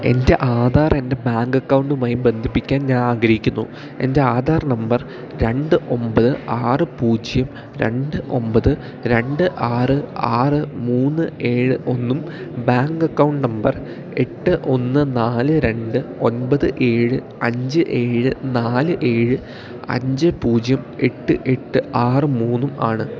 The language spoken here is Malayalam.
എൻ്റെ ആധാറെൻ്റെ ബാങ്കക്കൗണ്ടുമായി ബന്ധിപ്പിക്കാൻ ഞാനാഗ്രഹിക്കുന്നു എൻ്റെ ആധാർ നമ്പർ രണ്ട് ഒമ്പത് ആറ് പൂജ്യം രണ്ട് ഒമ്പത് രണ്ട് ആറ് ആറ് മൂന്ന് ഏഴ് ഒന്നും ബാങ്കക്കൗണ്ട് നമ്പർ എട്ട് ഒന്ന് നാല് രണ്ട് ഒൻപത് ഏഴ് അഞ്ച് ഏഴ് നാല് ഏഴ് അഞ്ച് പൂജ്യം എട്ട് എട്ട് ആറ് മൂന്നും ആണ്